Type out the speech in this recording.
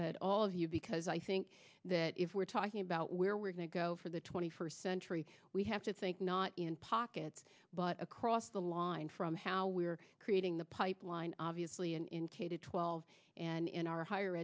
but all of you because i think that if we're talking about where we're going to go for the twenty first century we have to think not in pockets but across the line from how we're creating the pipeline obviously in a twelve and in our higher